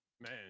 man